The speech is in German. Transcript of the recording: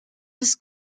des